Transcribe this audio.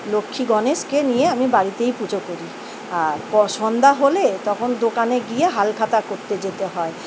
লক্ষ্মী গণেশকে নিয়ে আমি বাড়িতেই পুজো করি আর প সন্ধ্যা হলে তখন দোকানে গিয়ে হাল খাতা করতে যেতে হয়